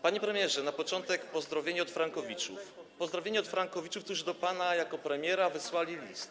Panie premierze, na początek pozdrowienia od frankowiczów, pozdrowienia od frankowiczów, którzy do pana jako premiera wysłali list.